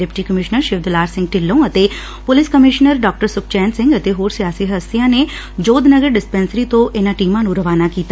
deputy commissioner Shiv Dular Singh Dhillon ਅਤੇ police commissioner ਡਾ ਸੁਖਚੈਨ ਸਿੰਘ ਅਤੇ ਹੋਰ ਸਿਆਸੀ ਹਸਤੀਆਂ ਨੇ ਜੋਧ ਨਗਰੀ ਡਿਸਪੈਸਰੀ ਤੋਂ ਇਨਾਂ ਟੀਮਾਂ ਨੰ ਰਵਾਵਾ ਕੀਤਾ